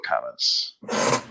comments